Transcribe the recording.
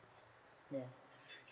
ya